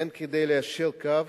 הן כדי ליישר קו,